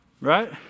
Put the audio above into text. Right